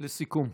לסיכום.